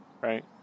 right